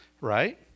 Right